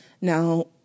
Now